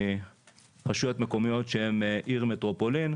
ורשויות מקומיות שהן עיר מטרופולין.